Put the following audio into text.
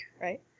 Right